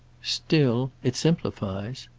still it simplifies.